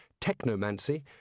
technomancy